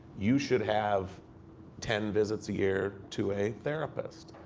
you should have ten visits a year to a therapist.